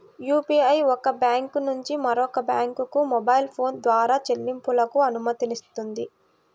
UPI ఒక bank నుంచి మరొక బ్యాంకుకు మొబైల్ ఫోన్ ద్వారా చెల్లింపులకు అనుమతినిస్తుంది